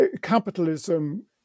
capitalism